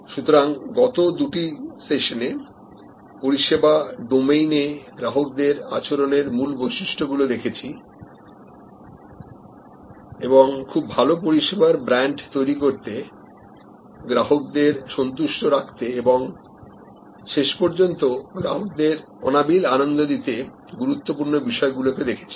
সুতরাং গত দুটি সেশন পরিষেবা ডোমেইনে গ্রাহকদের আচরণের মূল বৈশিষ্ট্য গুলো দেখেছি এবং খুব ভালো পরিষেবার ব্র্যান্ড তৈরি করতে গ্রাহকদের সন্তুষ্ট রাখতে এবং শেষ পর্যন্ত গ্রাহকদের অনাবিল আনন্দ দিতে গুরুত্বপূর্ণ বিষয়গুলোকে দেখেছি